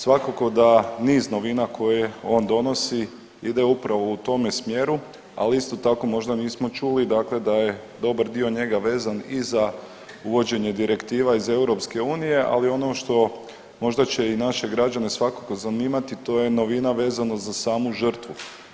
Svakako da niz novina koje on donosi ide upravo u tome smjeru, ali isto tako, možda nismo čuli dakle da je dobar dio njega vezan i za uvođenje direktiva iz EU, ali ono što možda će i naše građane svakako zanimati, to je novina vezano za samu žrtvu.